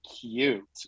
cute